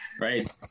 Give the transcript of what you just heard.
right